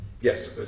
Yes